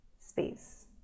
space